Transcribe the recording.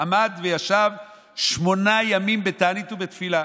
"עמד וישב שמונה ימים בתענית ובתפילה".